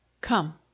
Come